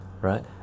right